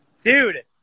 Dude